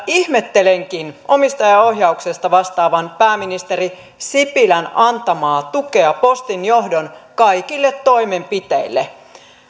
ihmettelenkin omistajaohjauksesta vastaavan pääministeri sipilän antamaa tukea postin johdon kaikille toimenpiteille